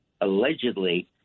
allegedly